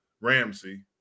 Ramsey